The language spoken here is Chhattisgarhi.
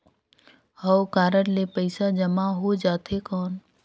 हव कारड ले पइसा जमा हो जाथे कौन?